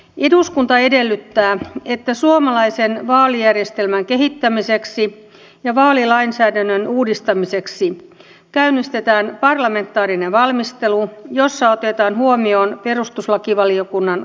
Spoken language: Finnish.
eduskunta edellyttää että suomalaisen vaalijärjestelmän kehittämiseksi ja vaalilainsäädännön uudistamiseksi käynnistetään parlamentaarinen valmistelu jossa otetaan huomioon perustuslakivaliokunnan kannanotot